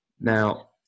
Now